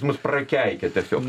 mus prakeikė tiesiog